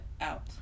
out